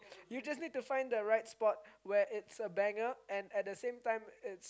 you just need to find the right spot where it's a banger and at the same time it's